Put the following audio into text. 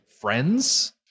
friends